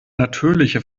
natürliche